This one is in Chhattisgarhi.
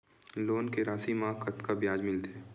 लोन के राशि मा कतका ब्याज मिलथे?